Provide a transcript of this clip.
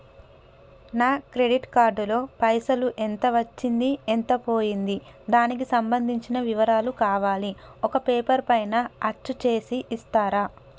నా credit card లో పైసలు ఎంత వచ్చింది ఎంత పోయింది దానికి సంబంధించిన వివరాలు కావాలి ఒక పేపర్ పైన అచ్చు చేసి ఇస్తరా?